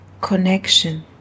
connection